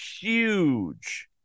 huge